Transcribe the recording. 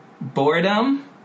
boredom